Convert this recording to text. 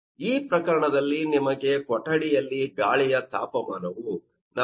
ಈ ಪ್ರಕರಣದಲ್ಲಿ ನಿಮಗೆ ಕೊಠಡಿಯಲ್ಲಿ ಗಾಳಿಯ ತಾಪಮಾನವು 40